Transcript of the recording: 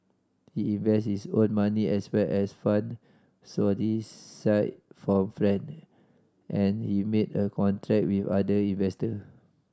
he invests his own money as well as fund solicited from friend and he made a contract with other investor